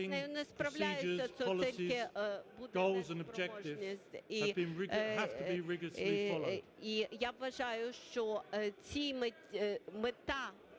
я вважаю, що ця мета,